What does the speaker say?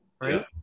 right